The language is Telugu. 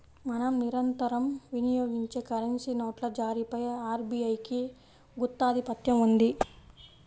మనం నిరంతరం వినియోగించే కరెన్సీ నోట్ల జారీపై ఆర్బీఐకి గుత్తాధిపత్యం ఉంది